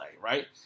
right